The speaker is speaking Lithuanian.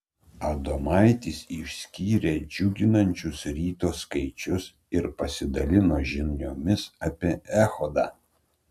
adomaitis išskyrė džiuginančius ryto skaičius ir pasidalino žiniomis apie echodą